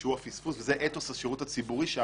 או של שרת המשפטים הוא לא נציג הגילדה.